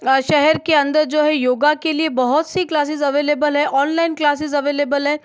शहर के अंदर जो है योग के लिए बहुत सी क्लासेस अवेलेबल है ऑनलाइन क्लासेस अवेलेबल है